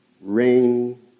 Rain